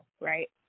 right